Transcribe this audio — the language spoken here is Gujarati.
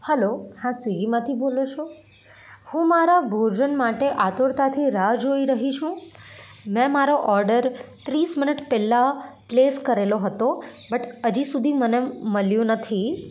હલ્લો હા સ્વિગીમાંથી બોલો છો હું મારા ભોજન માટે આતુરતાથી રાહ જોઈ રહી છું મેં મારો ઓર્ડર ત્રીસ મિનિટ પહેલાં પ્લેસ કરેલો હતો બટ હજી સુધી મને મળ્યું નથી